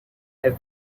have